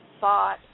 thought